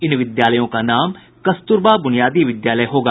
इन विद्यालयों का नाम कस्तूरबा बुनियादी विद्यालय होगा